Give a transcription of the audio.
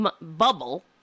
bubble